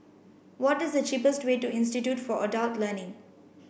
what is the cheapest way to Institute for Adult Learning